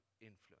influence